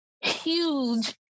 huge